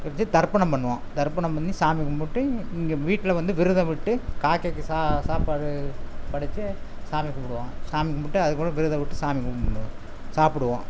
இது தர்ப்பணம் பண்ணுவோம் தர்ப்பணம் பண்ணி சாமி கும்பிட்டு இங்கே வீட்டில வந்து விரதம் விட்டு காக்கைக்கு சாப்பாடு படைச்சி சாமி கும்பிடுவோம் சாமி கும்பிட்டு அதுக்கப்புறம் விரதம் விட்டு சாமி கும்பிடுவோம் சாப்பிடுவோம்